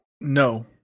No